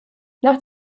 nach